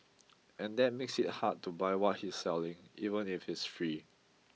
and that makes it hard to buy what he's selling even if it's free